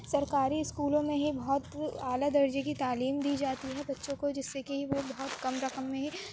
سرکاری اسکولوں میں ہی بہت اعلیٰ درجے کی تعلیم دی جاتی ہے بچوں کو جس سے کہ وہ بہت کم رقم میں ہی